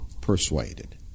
persuaded